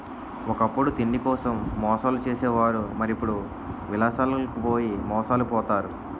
ఒకప్పుడు తిండికోసం మోసాలు చేసే వారు మరి ఇప్పుడు విలాసాలకు పోయి మోసాలు పోతారు